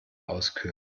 auskühlen